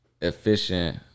efficient